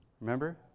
Remember